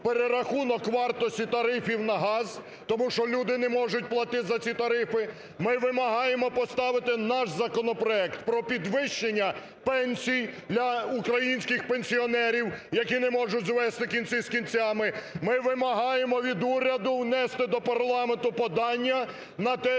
перерахунок вартості тарифів на газ, тому що люди не можуть платити за ці тарифи. Ми вимагаємо поставити наш законопроект про підвищення пенсій для українських пенсіонерів, які не можуть звести кінці з кінцями. Ми вимагаємо від уряду внести до парламенту подання на те,